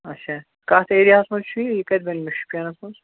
اَچھا کَتھ ایریاہَس منٛز چھُ یہِ کَتہِ بَنہِ مےٚ شُپینَس منٛز